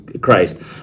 Christ